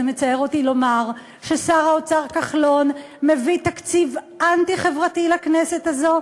מצער אותי לומר ששר האוצר כחלון מביא תקציב אנטי-חברתי לכנסת הזו,